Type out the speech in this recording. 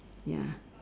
ya